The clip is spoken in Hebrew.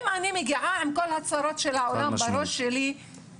אם אני מגיעה עם כל הצרות של העולם בראש שלי,